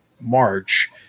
March